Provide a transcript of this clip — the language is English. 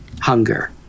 Hunger